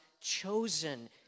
chosen